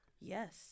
Yes